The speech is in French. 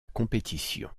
compétition